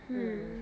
mm